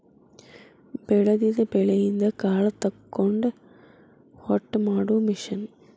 ಬೆಳದಿದ ಬೆಳಿಯಿಂದ ಕಾಳ ತಕ್ಕೊಂಡ ಹೊಟ್ಟ ಮಾಡು ಮಿಷನ್